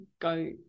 go